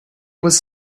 was